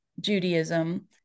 Judaism